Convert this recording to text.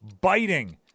biting